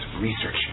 research